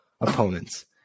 opponents